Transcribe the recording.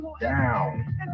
down